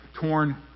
torn